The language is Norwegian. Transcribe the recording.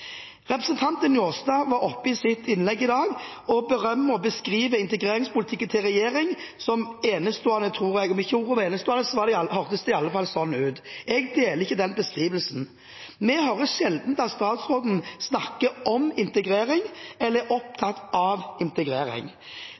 Representanten Njåstad tok opp i sitt innlegg i dag og berømmer og beskriver integreringspolitikken til regjeringen som «enestående», tror jeg – om ikke ordet var «enestående», hørtes det i alle fall sånn ut. Jeg deler ikke den beskrivelsen. Vi hører sjelden at statsråden snakker om eller er opptatt av integrering.